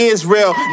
Israel